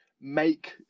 make